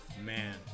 Man